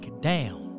down